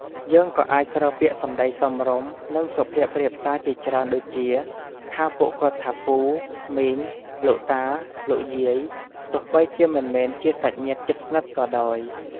យើងក៏អាចប្រើពាក្យសម្ដីសមរម្យ និង សុភាពរាបសារជាច្រើន ដូចជា ហៅពួកគាត់ថា ពូ មីង លោកតា លោកយាយ ទោះបីជាមិនមែនជាសាច់ញាតិជិតស្និទ្ធក៏ដោយ។